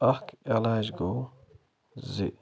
اَکھ علاج گوٚو زِ